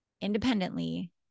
independently